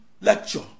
lecture